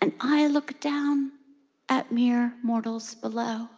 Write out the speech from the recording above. and i look down at mere mortals below